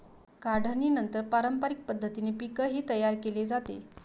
काढणीनंतर पारंपरिक पद्धतीने पीकही तयार केले जाते